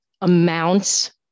amounts